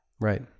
Right